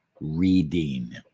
reading